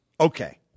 Okay